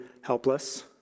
helpless